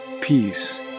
peace